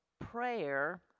prayer